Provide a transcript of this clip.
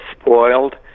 spoiled